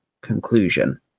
conclusion